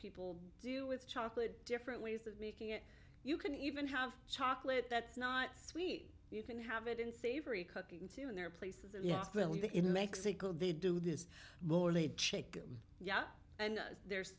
people do with chocolate different ways of making it you can even have chocolate that's not sweet you can have it in savory cooking too and there are places in the in mexico they do this morley chick yeah and there's